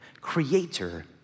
creator